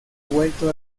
vuelto